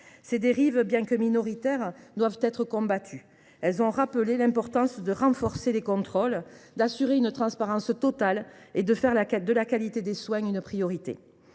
Ces dérives, bien que minoritaires, doivent être combattues. Elles ont rappelé l’importance de renforcer les contrôles, d’assurer une transparence totale et de faire de la qualité des soins une priorité.